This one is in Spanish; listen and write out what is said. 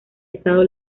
estado